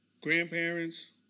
grandparents